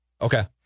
Okay